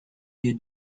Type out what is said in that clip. you